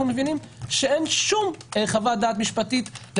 מבינים שאין שום חוות דעת משפטית.